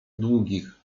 długich